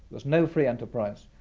with no free enterprise.